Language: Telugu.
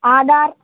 ఆధార్